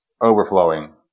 overflowing